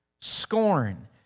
scorn